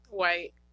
White